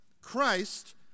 Christ